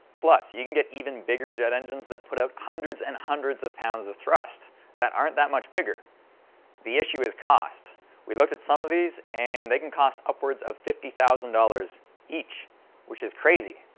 plus you can get even bigger jet engines that put out hundreds and hundreds of pounds of thrust that aren't that much bigger the issue is cost we've looked at some of these and they can cost upwards of fifty thousand dollars each which is crazy?